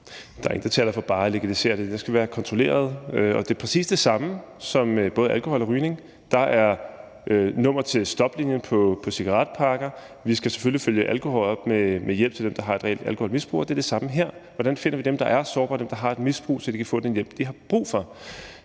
Der er ingen, der taler for bare at legalisere det. Det skal være kontrolleret, og det er præcis det samme som med både alkohol og rygning. Der er et nummer til Stoplinien på cigaretpakkerne, og vi skal selvfølgelig følge op med hjælp til dem, der har et reelt alkoholmisbrug, og det er det samme her. Vi skal se på, hvordan vi finder dem, der er sårbare, og dem, der har et misbrug, så de kan få den hjælp, de har brug for.